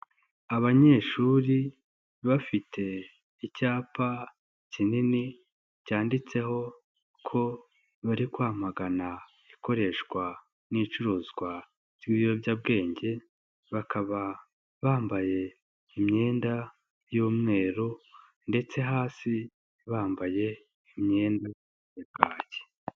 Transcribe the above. Abanyeshuri bafite icyapa kinini cyanditseho ko bari kwamagana ikoreshwa n'icuruzwa ry'ibiyobyabwenge, bakaba bambaye imyenda y'umweru ndetse hasi bambaye imyenda ya kaki.